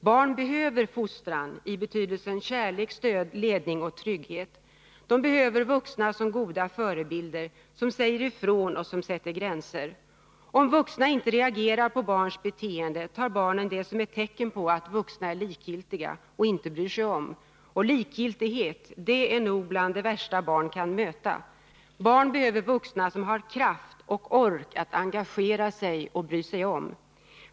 Barn behöver fostran i betydelsen kärlek, stöd, ledning och trygghet. De behöver vuxna som är goda förebilder, som säger ifrån och sätter gränser. Om vuxna inte reagerar på barns beteende, tar barnen det som ett tecken på att de vuxna är likgiltiga och inte bryr sig om. Och likgiltighet är nog bland det värsta barn kan möta. Barn behöver vuxna som har kraft och ork att engagera sig och bry sig om.